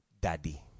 daddy